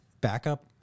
backup